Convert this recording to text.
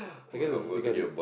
I guess I guess is